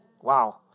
Wow